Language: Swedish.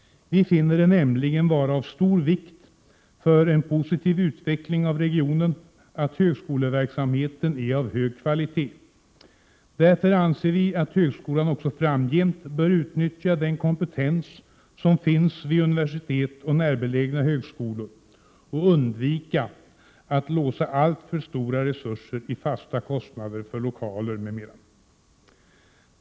Vi finner det nämligen vara av stor vikt för en positiv utveckling av regionen att högskoleverksamheten är av hög kvalitet. Därför anser vi att högskolan också framgent bör utnyttja den kompetens som finns vid universitet och närbelägna högskolor och undvika att låsa alltför stora resurser i fasta kostnader för lokaler m.m.